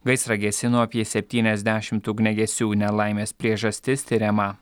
gaisrą gesino apie septyniasdešimt ugniagesių nelaimės priežastis tiriama